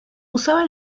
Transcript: usaba